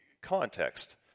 context